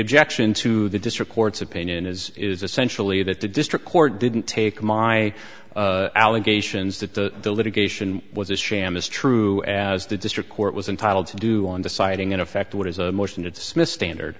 action to the district court's opinion is is essentially that the district court didn't take my allegations that the litigation was a sham as true as the district court was entitled to do on the citing in effect what is a motion to dismiss standard